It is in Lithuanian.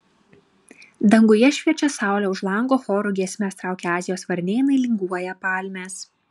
danguje šviečia saulė už lango choru giesmes traukia azijos varnėnai linguoja palmės